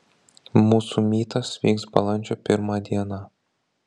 mūsų mytas vyks balandžio pirmą dieną